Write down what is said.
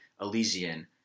Elysian